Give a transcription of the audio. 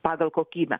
pagal kokybę